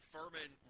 Furman